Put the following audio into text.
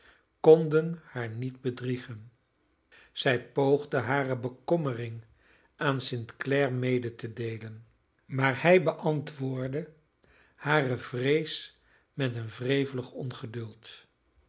konden haar niet bedriegen zij poogde hare bekommering aan st clare mede te deelen maar hij beantwoordde hare vrees met een wrevelig ongeduld